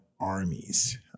armies